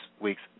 week's